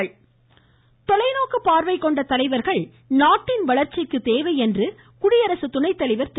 வெங்கையா நாயுடு தொலைநோக்கு பார்வை கொண்ட தலைவர்கள் நாட்டின் வளர்ச்சிக்கு தேவை என்று குடியரசுத்துணை தலைவர் திரு